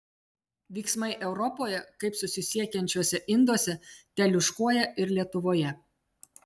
vyksmai europoje kaip susisiekiančiuose induose teliūškuoja ir lietuvoje